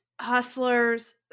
hustlers